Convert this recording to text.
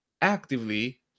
actively